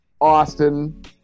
Austin